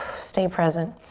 stay present.